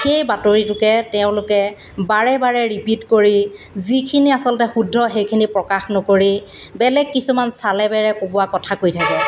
সেই বাতৰিটোকে তেওঁলোকে বাৰে বাৰে ৰিপিট কৰি যিখিনি আচলতে শুদ্ধ সেইখিনি প্ৰকাশ নকৰি বেলেগ কিছুমান চালে বেৰে কোৱা কথা কৈ থাকে